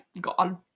God